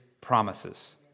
promises